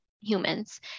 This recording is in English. humans